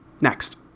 Next